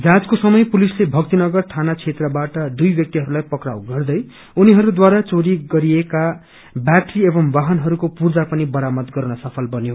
जाँचको समय पुलिसले भक्तिनगर थाना क्षेत्रबाट दुई व्याक्तिहरूलाई पक्राउ गर्दै उनीहरूद्वारा चोरी गरिएको वैटरी एवं वाहनहरूको पुर्जा पनि वरामद गर्न सफल बन्यो